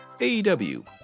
AEW